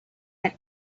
had